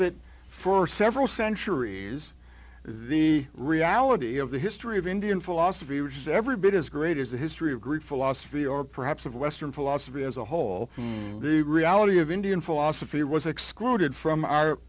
that for several centuries the reality of the history of indian philosophy which is every bit as great as the history of greek philosophy or perhaps of western philosophy as a whole the reality of indian philosophy was excluded from